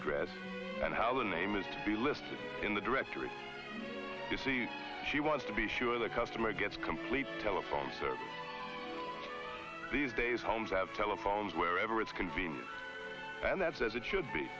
address and how the name is to be listed in the directory you see she wants to be sure the customer gets complete telephone service these days homes have telephones wherever it's convenient and that's as it should be